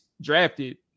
drafted